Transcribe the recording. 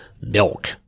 Milk